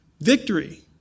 Victory